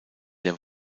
der